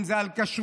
אם זה על כשרות,